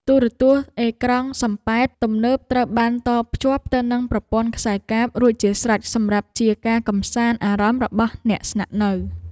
ទូរទស្សន៍អេក្រង់សំប៉ែតទំនើបត្រូវបានតភ្ជាប់ទៅនឹងប្រព័ន្ធខ្សែកាបរួចជាស្រេចសម្រាប់ជាការកម្សាន្តអារម្មណ៍របស់អ្នកស្នាក់នៅ។